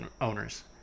owners